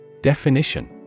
Definition